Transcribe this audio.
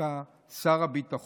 דווקא שר הביטחון,